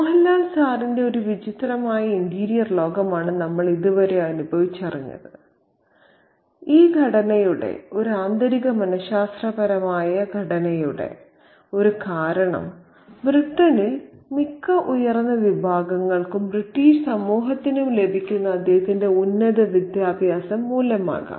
മോഹൻലാൽ സാറിന്റെ ഒരു വിചിത്രമായ ഇന്റീരിയർ ലോകമാണ് നമ്മൾ ഇതുവരെ അനുഭവിച്ചറിഞ്ഞത് ഈ ഘടനയുടെ ഈ ആന്തരിക മനഃശാസ്ത്രപരമായ ഘടനയുടെ ഒരു കാരണം ബ്രിട്ടനിൽ മിക്ക ഉയർന്ന വിഭാഗങ്ങൾക്കും ബ്രിട്ടീഷ് സമൂഹത്തിനും ലഭിക്കുന്ന അദ്ദേഹത്തിന്റെ ഉന്നത വിദ്യാഭ്യാസം മൂലമാകാം